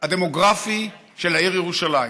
הדמוגרפי של העיר ירושלים.